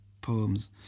poems